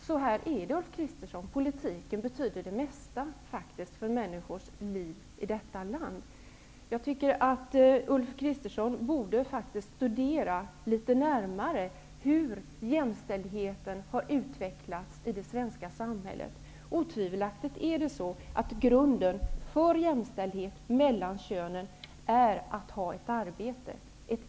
Så här är det, Ulf Kristersson! Politiken betyder faktiskt det mesta för människors liv i detta land. Ulf Kristersson borde faktiskt litet närmare studera hur jämställdheten i det svenska samhället har utvecklats. Att ha ett eget arbete är otvivelaktigt grunden för jämställdhet mellan könen.